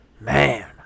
man